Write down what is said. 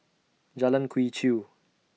Jalan Quee Chew